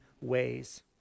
ways